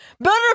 Better